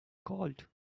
called